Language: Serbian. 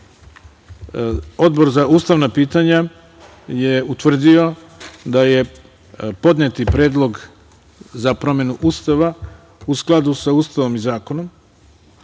Odbor za ustavna pitanja je utvrdio da je podneti predlog za promenu Ustava u skladu sa Ustavom i zakonom,